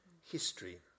history